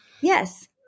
Yes